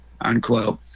unquote